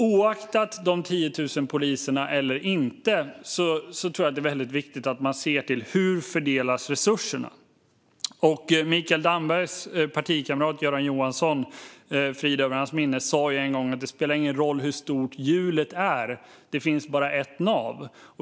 Oavsett de 10 000 poliserna eller inte är det viktigt att se hur resurserna fördelas. Mikael Dambergs partikamrat Göran Johansson, frid över hans minne, sa en gång: Det spelar ingen roll hur stort hjulet är; det finns bara ett nav.